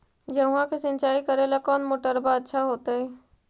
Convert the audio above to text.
गेहुआ के सिंचाई करेला कौन मोटरबा अच्छा होतई?